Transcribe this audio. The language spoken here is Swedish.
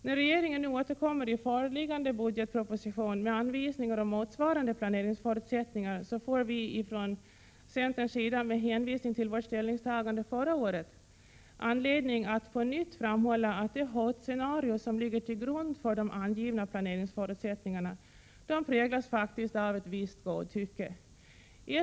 När regeringen nu återkommer i föreliggande budgetproposition med anvisningar om motsvarande planeringsförutsättningar får vi från centerpartiet — med hänvisning till vårt ställningstagande förra året — anledning att på nytt framhålla att det hotscenario som ligger till grund för de angivna planeringsförutsättningarna faktiskt präglas av ett visst godtycke.